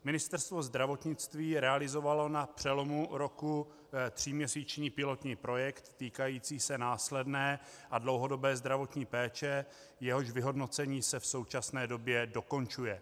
Ministerstvo zdravotnictví realizovalo na přelomu roku tříměsíční pilotní projekt týkající se následné a dlouhodobé zdravotní péče, jehož vyhodnocení se v současné době dokončuje.